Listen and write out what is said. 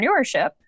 entrepreneurship